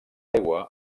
aigua